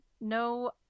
no